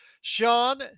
Sean